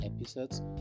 episodes